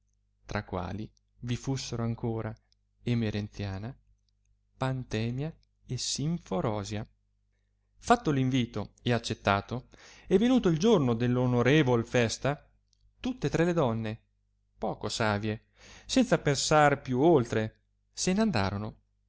tra quali vi russerò ancora emerenziana pantemia e simforosia fatto invito e accettato e venuto il giorno dell onorevol festa tutta tre le donne poco savie senza pensar più oltre se n andarono